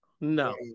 No